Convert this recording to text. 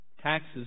Taxes